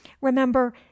remember